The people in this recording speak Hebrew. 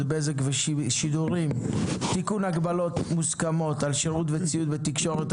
(בזק ושידורים) (תיקון הגבלות מוסכמות על שירות וציוד תקשורת),